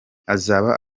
azaba